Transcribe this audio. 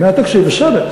מהתקציב בסדר.